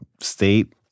state